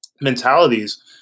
mentalities